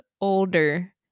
Older